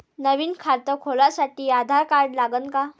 नवीन खात खोलासाठी आधार कार्ड लागन का?